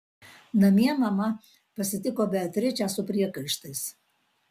namie mama pasitiko beatričę su priekaištais